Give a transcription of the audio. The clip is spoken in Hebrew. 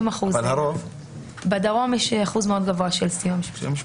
בדרום יש אחוז מאוד גבוה של סיוע משפטי.